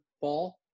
ball